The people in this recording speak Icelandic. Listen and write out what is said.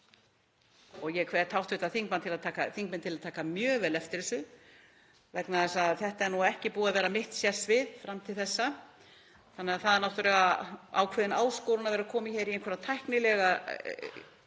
og ég hvet hv. þingmenn til að taka mjög vel eftir þessu vegna þess að þetta er ekki búið að vera mitt sérsvið fram til þessa þannig að það er náttúrlega ákveðin áskorun að vera komin hér í eitthvert tæknilegt